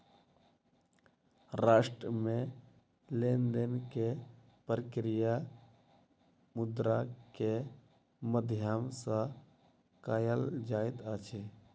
राष्ट्र मे लेन देन के प्रक्रिया मुद्रा के माध्यम सॅ कयल जाइत अछि